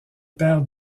père